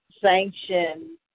sanction